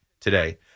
today